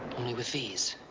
only with these.